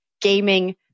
gaming